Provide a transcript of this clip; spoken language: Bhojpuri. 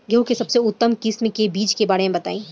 गेहूँ के सबसे उन्नत किस्म के बिज के बारे में बताई?